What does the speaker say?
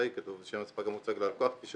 בואו